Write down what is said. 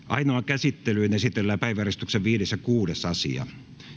ainoaan käsittelyyn esitellään päiväjärjestyksen viides asia